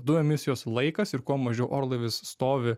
du emisijos laikas ir kuo mažiau orlaivis stovi